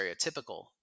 stereotypical